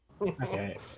Okay